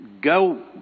Go